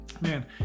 man